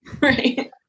Right